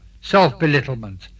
self-belittlement